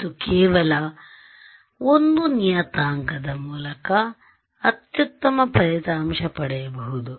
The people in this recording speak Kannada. ಮತ್ತು ಕೇವಲ 1 ನಿಯತಾಂಕದ ಮೂಲಕ ಅತ್ಯುತ್ತಮ ಫಲಿತಾಂಶ ಪಡೆಯಬಹುದು